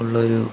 ഉള്ളൊരു